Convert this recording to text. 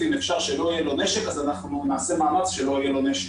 ואם אפשר שלא יהיה לו נשק אז נעשה מאמץ שלא יהיה לו נשק.